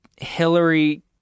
Hillary